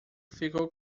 ficou